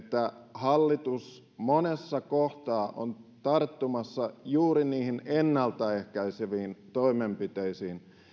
hallitus monessa kohtaa on tarttumassa juuri niihin ennaltaehkäiseviin toimenpiteisiin